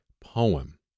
poem